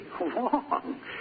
wrong